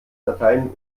dateien